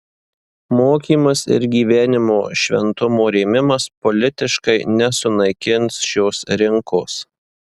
mokymas ir gyvenimo šventumo rėmimas politiškai nesunaikins šios rinkos